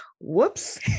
Whoops